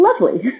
lovely